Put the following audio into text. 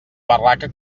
barraca